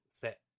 set